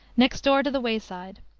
next-door to the wayside,